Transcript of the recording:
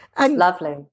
Lovely